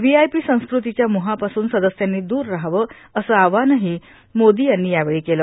V I P संस्कृतीच्या मोहापासून सदस्यांनी दूर राहावं असं आवाहनही मोदी यांनी यावेळी केलं